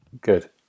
good